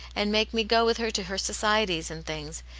and make me go with her to her societies and things.